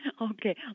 Okay